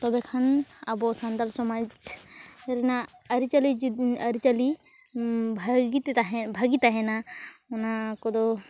ᱛᱚᱵᱮᱠᱷᱟᱱ ᱟᱵᱚ ᱥᱟᱱᱛᱟᱲ ᱥᱚᱢᱟᱡᱽ ᱨᱮᱱᱟᱜ ᱟᱹᱨᱤ ᱪᱟᱹᱞᱤ ᱟᱹᱨᱤ ᱪᱟᱹᱞᱤ ᱵᱷᱟᱹᱜᱤᱛᱮ ᱛᱟᱦᱮᱸ ᱵᱷᱟᱹᱜᱤ ᱛᱟᱦᱮᱱᱟ ᱚᱱᱟ ᱠᱚᱫᱚ